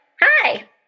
hi